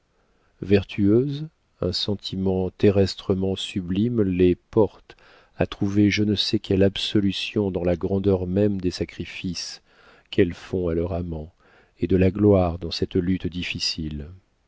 vertueuses un sentiment terrestrement sublime les porte à trouver je ne sais quelle absolution dans la grandeur même des sacrifices qu'elles font à leur amant et de la gloire dans cette lutte difficile